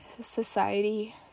society